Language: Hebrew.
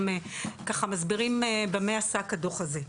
גם מסבירים במה עסק הדוח הזה.